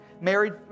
Married